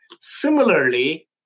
Similarly